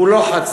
הוא לא חד-צדדי.